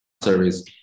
service